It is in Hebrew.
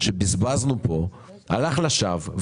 שבזבזנו פה הלך לשווא,